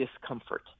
discomfort